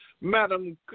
Madam